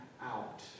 out